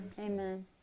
Amen